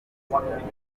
amahumbezi